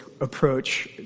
approach